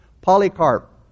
Polycarp